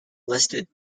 listed